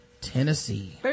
Tennessee